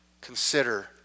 consider